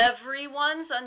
everyone's